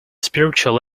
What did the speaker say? spiritual